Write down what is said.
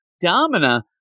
Domina